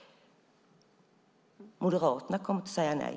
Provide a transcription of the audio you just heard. Moderaterna kommer att säga nej.